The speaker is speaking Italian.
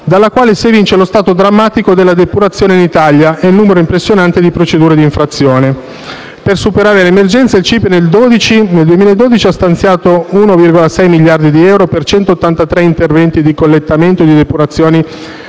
dalla quale si evince lo stato drammatico della depurazione in Italia e il numero impressionante di procedure di infrazione. Per superare l'emergenza, il CIPE nel 2012 ha stanziato 1,6 miliardi di euro per 183 interventi di collettamento e di depurazione